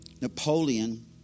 Napoleon